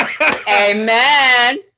Amen